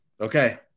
Okay